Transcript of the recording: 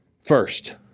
first